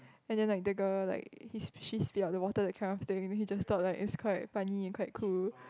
and then like the girl like he spit she spit out the water that kind of thing then he just thought like it's quite funny and quite cool